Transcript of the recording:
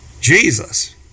Jesus